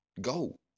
Go